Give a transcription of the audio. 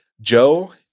Joe